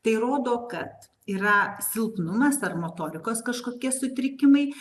tai rodo kad yra silpnumas ar motorikos kažkokie sutrikimai